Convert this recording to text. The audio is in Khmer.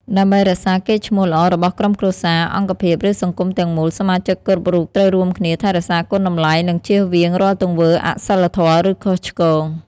ដើម្បីរក្សាកេរ្តិ៍ឈ្មោះល្អរបស់ក្រុមគ្រួសារ អង្គភាព ឬសង្គមទាំងមូល សមាជិកគ្រប់រូបត្រូវរួមគ្នា ថែរក្សាគុណតម្លៃ និងជៀសវាងរាល់ទង្វើអសីលធម៌ ឬខុសឆ្គង។